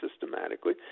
systematically